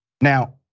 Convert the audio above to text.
Now